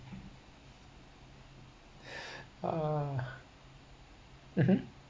uh mmhmm